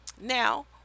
now